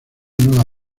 nueva